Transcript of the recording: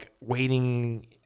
waiting